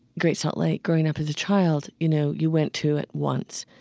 great salt lake growing up as a child. you know, you went to it once.